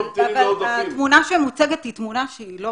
אבל התמונה שמוצגת היא תמונה שהיא לא